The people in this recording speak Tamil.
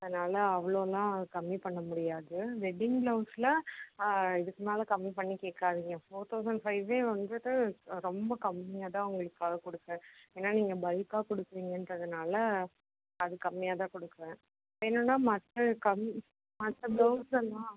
அதனால் அவ்வளோலாம் கம்மி பண்ண முடியாது வெட்டிங் பிளவுஸில் இதுக்கு மேலே கம்மி பண்ணி கேட்காதீங்க ஃபோர் தௌசண்ட் ஃபைவே வந்துவிட்டு ரொம்ப கம்மியாக தான் உங்களுக்காக கொடுக்குறேன் ஏன்னா நீங்கள் பல்க்காக கொடுக்குறீங்கன்றதுனால அது கம்மியாக தான் கொடுக்குறேன் வேணும்னா மற்ற கம்மி மற்ற பிளவுஸெல்லாம்